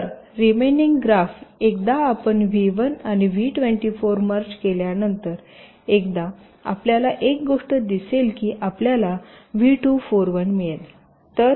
तर remaining graph एकदा आपण V1 आणि V24 मर्ज केल्यानंतर एकदा आपल्याला एक गोष्ट दिसेल की आपल्याला V241 मिळेल